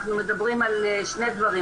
אנחנו מדברים על שני דברים,